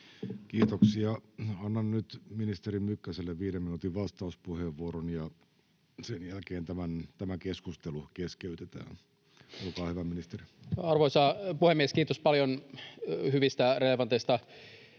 Kiitoksia. — Annan nyt ministeri Mykkäselle viiden minuutin vastauspuheenvuoron, ja sen jälkeen tämä keskustelu keskeytetään. — Olkaa hyvä, ministeri. Arvoisa puhemies! Kiitos paljon hyvistä, relevanteista